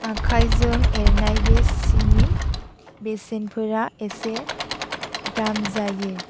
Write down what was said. आखाइजों एरनाय बे सिनि बेसेनफोरा एसे दाम जायो